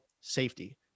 safety